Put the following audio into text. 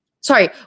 sorry